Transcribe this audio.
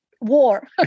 war